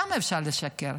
כמה אפשר לשקר?